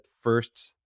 first